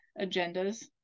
agendas